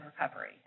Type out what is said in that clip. recovery